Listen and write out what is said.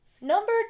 Number